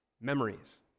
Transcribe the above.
Memories